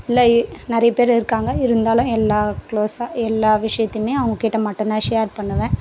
இல்லை இ நிறைய பேர் இருக்காங்க இருந்தாலும் எல்லா க்ளோஸாக எல்லா விஷயத்தையுமே அவங்கக்கிட்ட மட்டும்தான் ஷேர் பண்ணுவேன்